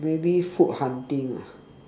maybe food hunting ah